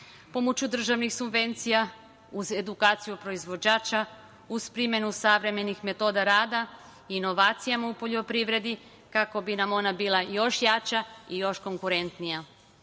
pomoću državnih subvencija, uz edukaciju proizvođača, uz primenu savremenih metoda rada, inovacijama u poljoprivredi, kako bi nam ona bila još jača i još konkurentnija.